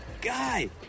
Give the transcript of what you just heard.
Guy